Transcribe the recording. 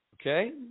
okay